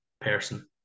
person